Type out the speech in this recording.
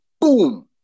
boom